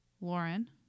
Lauren